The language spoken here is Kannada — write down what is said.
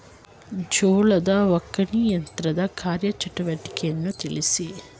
ಜೋಳದ ಒಕ್ಕಣೆ ಯಂತ್ರದ ಕಾರ್ಯ ಚಟುವಟಿಕೆಯನ್ನು ತಿಳಿಸಿ?